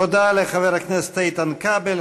תודה לחבר הכנסת איתן כבל.